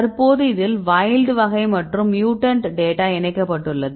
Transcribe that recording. தற்போது இதில் வைல்ட் வகை மற்றும் மியூட்டன்ட் டேட்டா இணைக்கப்பட்டுள்ளது